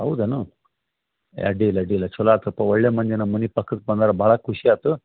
ಹೌದೇನು ಏಯ್ ಅಡ್ಡಿಲ್ಲ ಅಡ್ಡಿಯಿಲ್ಲ ಚೊಲೋ ಆಯ್ತಪ್ಪ ಒಳ್ಳೆಯ ಮನೆ ನಮ್ಮ ಮನೆ ಪಕ್ಕಕ್ಕೆ ಬಂದಾರೆ ಭಾಳ ಖುಷಿ ಆಯ್ತು